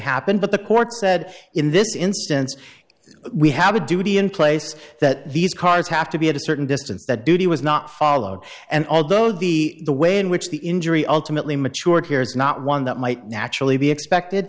happen but the court said in this instance we have a duty in place that these cars have to be at a certain distance that duty was not followed and although the way in which the injury ultimately mature here is not one that might naturally be expected